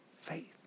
faith